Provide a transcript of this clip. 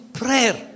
prayer